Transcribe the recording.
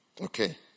Okay